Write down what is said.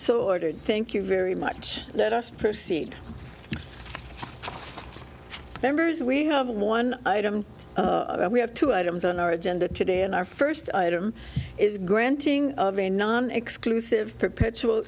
so ordered thank you very much let us proceed members we have one item we have two items on our agenda today and our first item is granting of a non exclusive perpetual